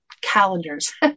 calendars